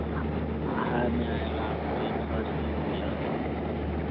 high में आएगा आपको एक सौ अस्सी रुपैया